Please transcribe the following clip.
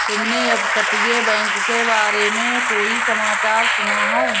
तुमने अपतटीय बैंक के बारे में कोई समाचार सुना है?